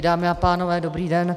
Dámy a pánové, dobrý den.